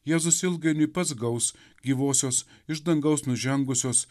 jėzus ilgainiui pats gaus gyvosios iš dangaus nužengusios